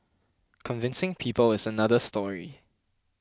convincing people is another story